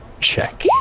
Check